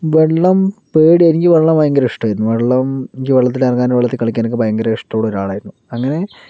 വെള്ളം പേടി എനിക്ക് വെള്ളം ഭയങ്കര ഇഷ്ടമായിരുന്നു വെള്ളം എനിക്ക് വെള്ളത്തിൽ ഇറങ്ങാനും വെള്ളത്തിൽ കളിക്കാൻ ഒക്കെ ഭയങ്കര ഇഷ്ടം ഉള്ള ഒരാളായിരുന്നു അങ്ങനെ